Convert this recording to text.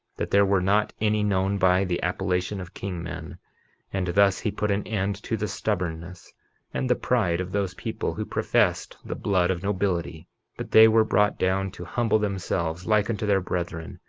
that there were not any known by the appellation of king-men and thus he put an end to the stubbornness and the pride of those people who professed the blood of nobility but they were brought down to humble themselves like unto their brethren,